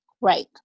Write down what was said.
Right